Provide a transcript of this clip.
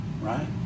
right